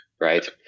right